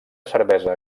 cervesa